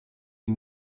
you